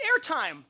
airtime